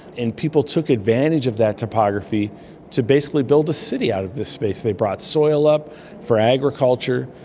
and people took advantage of that topography to basically build a city out of this space. they brought soil up for agriculture,